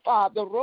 Father